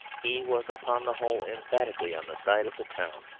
he was upon the whole emphatically on the side of the town.